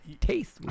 Taste